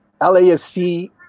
LAFC